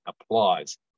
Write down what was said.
applies